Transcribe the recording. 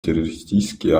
террористические